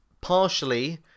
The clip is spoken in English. partially